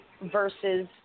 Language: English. versus